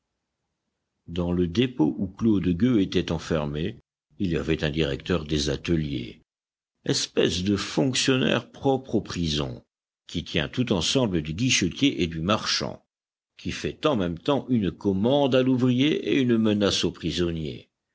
dans le dépôt où claude gueux était enfermé il y avait un directeur des ateliers espèce de fonctionnaire propre aux prisons qui tient tout ensemble du guichetier et du marchand qui fait en même temps une commande à l'ouvrier et une menace au prisonnier